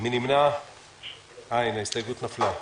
בעד ההסתייגות מיעוט נגד,